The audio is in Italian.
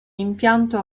impianto